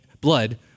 blood